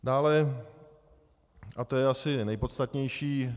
Dále, a to je asi nejpodstatnější.